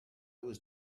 was